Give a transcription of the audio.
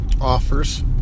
offers